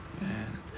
Man